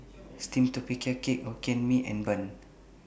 Steamed Tapioca Cake Hokkien Mee and Bun